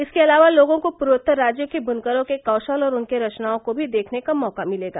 इसके अलावा लोगों को पूर्वोत्तर राज्यों के बुनकरों के कौशल और उनके रचनाओं को भी देखने का मौका मिलेगा